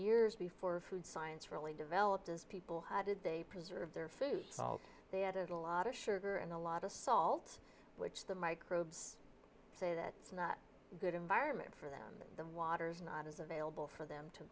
years before food science really developed as people how did they preserve their food salt they added a lot of sugar and a lot of salt which the microbes say that it's not a good environment for them that the water's not is available for them to